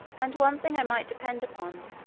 and one thing i might depend upon,